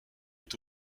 est